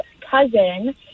cousin